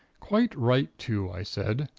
quite right, too i said.